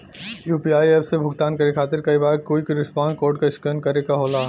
UPI app से भुगतान करे खातिर कई बार क्विक रिस्पांस कोड क स्कैन करे क होला